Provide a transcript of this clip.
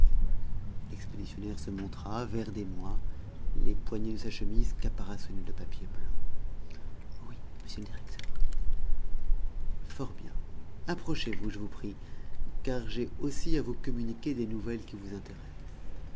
l'expéditionnaire se montra vert d'émoi les poignets de sa chemise caparaçonnés de papier blanc oui monsieur le directeur fort bien approchez-vous je vous prie car j'ai aussi à vous communiquer des nouvelles qui vous intéressent